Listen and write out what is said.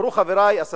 אמרו חברי: אספסוף,